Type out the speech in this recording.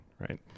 right